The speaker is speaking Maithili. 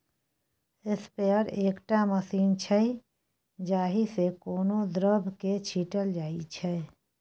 स्प्रेयर एकटा मशीन छै जाहि सँ कोनो द्रब केँ छीटल जाइ छै